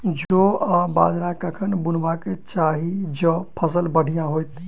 जौ आ बाजरा कखन बुनबाक चाहि जँ फसल बढ़िया होइत?